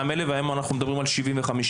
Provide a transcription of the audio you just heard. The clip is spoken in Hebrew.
22,000 והיום אנחנו מדברים על 75,000,